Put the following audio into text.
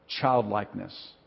childlikeness